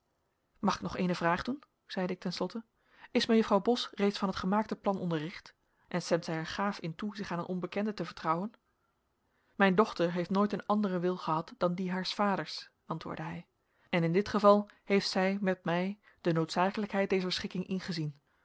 mag ik nog eene vraag doen zeide ik ten slotte is mejuffrouw bos reeds van het gemaakte plan onderricht en stemt zij er gaaf in toe zich aan een onbekende te vertrouwen mijn dochter heeft nooit een anderen wil gehad dan die haars vaders antwoordde hij en in dit geval heeft zij met mij de noodzakelijkheid dezer schikking ingezien